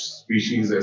species